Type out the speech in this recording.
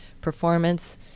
performance